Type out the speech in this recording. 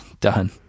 Done